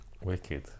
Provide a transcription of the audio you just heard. Wicked